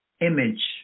Image